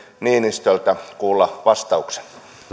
niinistöltä kuulla vastauksen